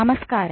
നമസ്കാരം